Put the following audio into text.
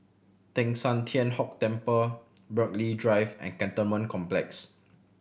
Teng San Tian Hock Temple Burghley Drive and Cantonment Complex